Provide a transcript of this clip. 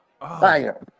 Fire